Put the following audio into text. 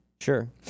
Sure